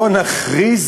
בוא ונכריז